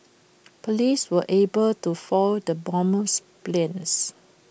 Police were able to foil the bomber's plans